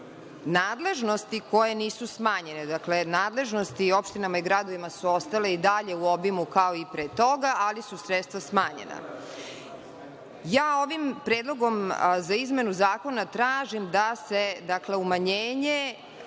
nadležnosti koje nisu smanjene, dakle nadležnosti opštinama i gradovima su ostale i dalje u obimu kao i pre toga, ali su sredstva smanjena. Ovim predlogom za izmenu zakona tražim da se, dakle umanjenje